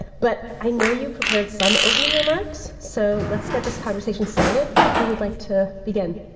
but i know you've prepared some opening remarks so let's get this conversation started. who would like to begin?